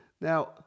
Now